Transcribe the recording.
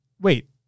wait